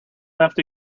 left